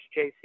JC